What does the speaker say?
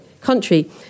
country